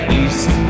east